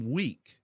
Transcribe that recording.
weak